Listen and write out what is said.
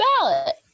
ballot